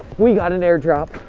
we got an air drop.